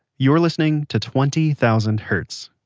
you're listening to twenty thousand hertz.